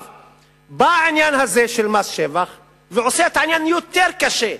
בא העניין הזה של מס שבח ועושה את זה יותר קשה.